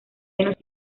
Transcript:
venus